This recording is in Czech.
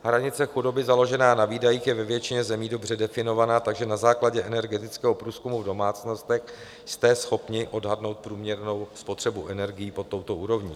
Hranice chudoby založená na výdajích je ve většině zemí dobře definovaná, takže na základě energetického průzkumu v domácnostech jste schopni odhadnout průměrnou spotřebu energií pod touto úrovní.